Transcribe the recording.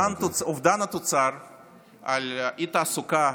אובדן התוצר על אי-תעסוקה